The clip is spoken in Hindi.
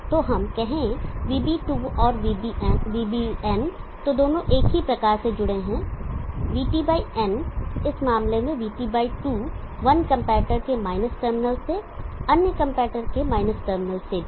तो हम कहें VB2 और VBn तो दोनों एक ही प्रकार से जुड़े हुए हैं VTn इस मामले में VT2 1 कंपैरेटर के -टर्मिनल से अन्य कंपैरेटर के -टर्मिनल से भी